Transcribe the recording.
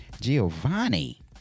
Giovanni